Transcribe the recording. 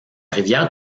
rivière